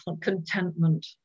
contentment